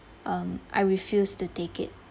um I refuse to take it